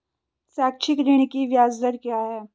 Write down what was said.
शैक्षिक ऋण की ब्याज दर क्या है?